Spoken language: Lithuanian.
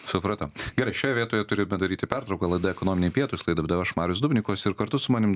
supratau gerai šioj vietoje turime daryti pertrauką laida ekonominiai pietūs laidą vedu aš marius dubnikovas ir kartu su manim